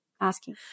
asking